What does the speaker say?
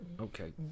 Okay